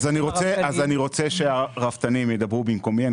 אני רוצה שהרפתנים ידברו במקומי.